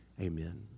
Amen